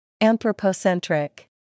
Anthropocentric